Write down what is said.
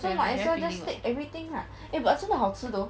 so might as well just take everything lah eh but 真的好吃 though